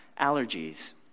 allergies